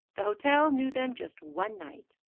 the hotel knew them just one night.